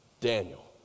Daniel